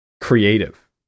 creative